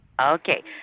Okay